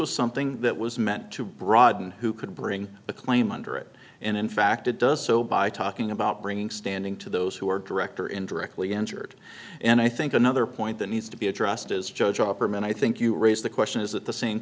was something that was meant to broaden who could bring the claim under it and in fact it does so by talking about bringing standing to those who are direct or indirectly injured and i think another point that needs to be addressed is judge opperman i think you raise the question is that the same